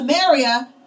Samaria